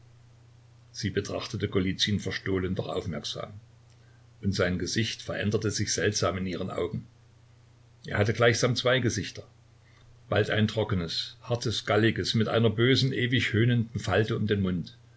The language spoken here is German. sie betrachtete golizyn verstohlen doch aufmerksam und sein gesicht veränderte sich seltsam in ihren augen er hatte gleichsam zwei gesichter bald ein trockenes hartes galliges mit einer bösen ewig höhnenden falte um den mund